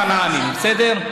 זה הערבים הכנענים, בסדר?